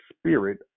spirit